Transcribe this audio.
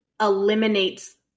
eliminates